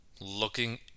looking